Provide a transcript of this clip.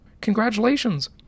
congratulations